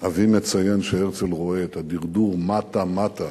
שאבי מציין שהרצל רואה, את הדרדור מטה-מטה